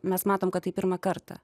mes matome kad tai pirmą kartą